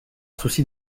souci